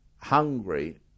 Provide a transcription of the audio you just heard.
hungry